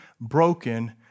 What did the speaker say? broken